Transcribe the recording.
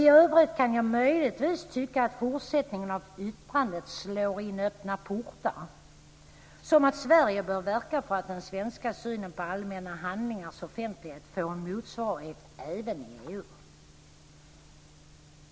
I övrigt kan jag möjligtvis tycka att yttrandet är som att slå in öppna portar, t.ex. när det sägs att Sverige bör verka för att den svenska synen på allmänna handlingars offentlighet får en motsvarighet även i EU.